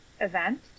event